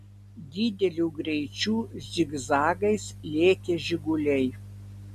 dideliu greičiu zigzagais lėkė žiguliai